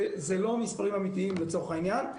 אלה לא המספרים האמיתיים לצורך העניין,